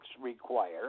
require